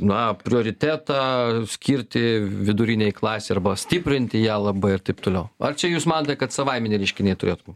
na prioritetą skirti vidurinei klasei arba stiprinti ją labai ir taip toliau ar čia jūs manote kad savaiminiai reiškiniai turėtų būt